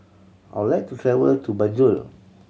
I would like to travel to Banjul